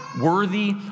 worthy